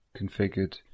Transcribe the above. configured